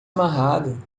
amarrado